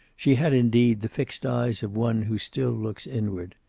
she had, indeed, the fixed eyes of one who still looks inward.